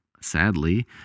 sadly